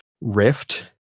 rift